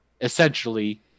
essentially